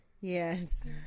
yes